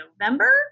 November